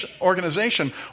organization